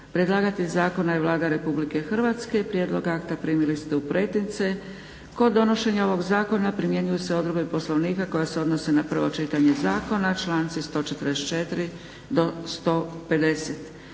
Predlagatelj zakona je Vlada Republike Hrvatske. Prijedlog akta primili ste u pretince. Kod donošenja ovog zakona primjenjuju se odredbe Poslovnika koje se odnose na prvo čitanje zakona, članci 144. Do 150.